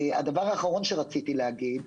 לסיום,